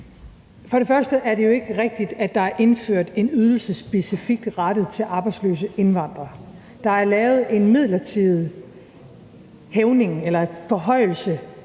For det første er det jo ikke rigtigt, at der er indført en ydelse specifikt rettet til arbejdsløse indvandrere. Der er lavet en midlertidig forhøjelse